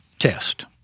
Test